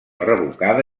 revocada